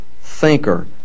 thinker